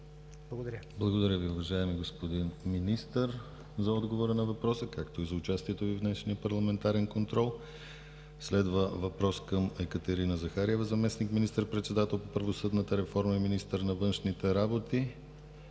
Благодаря Ви, уважаеми господин Министър, за отговора на въпроса, както и за участието Ви в днешния парламентарен контрол. Следва въпрос към Екатерина Захариева – заместник министър-председател по правосъдната реформа и министър на външните работи.